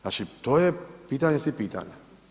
Znači to je pitanje svih pitanja.